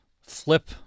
flip